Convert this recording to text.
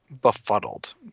befuddled